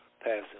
passing